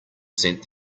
sent